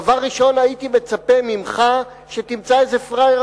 דבר ראשון הייתי מצפה ממך שתמצא איזה פראייר